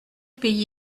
pays